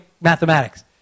mathematics